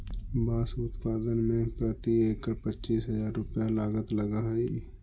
बाँस उत्पादन में प्रति एकड़ पच्चीस हजार रुपया लागत लगऽ हइ